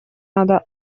надо